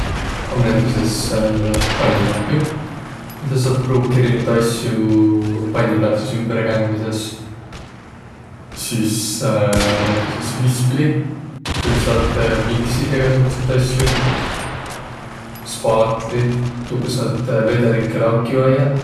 Om näütüses pannilapju, midä saq saat pruukiq erinevide asjo panni pääl sis ümbre käändmises. Sis näütüses vispli, minkaga saq saat miksiq egäsugutsiid asjo. Spaatli, tuuga saat vedelikke lakja ajjaq.